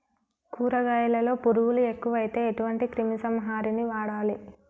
కూరగాయలలో పురుగులు ఎక్కువైతే ఎటువంటి క్రిమి సంహారిణి వాడాలి?